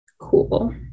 cool